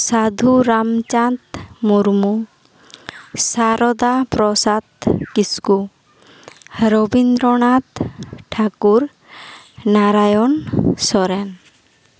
ᱥᱟᱹᱫᱷᱩ ᱨᱟᱢᱪᱟᱸᱫᱽ ᱢᱩᱨᱢᱩ ᱥᱟᱨᱚᱫᱟ ᱯᱨᱚᱥᱟᱫᱽ ᱠᱤᱥᱠᱩ ᱨᱚ ᱨᱚᱵᱤᱱᱫᱨᱚᱱᱟᱛᱷ ᱴᱷᱟᱠᱩᱨ ᱱᱟᱨᱟᱭᱚᱱ ᱥᱚᱨᱮᱱ